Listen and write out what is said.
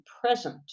present